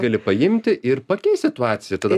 gali paimti ir pakeist situaciją tada